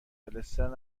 دلستر